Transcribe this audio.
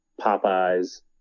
Popeye's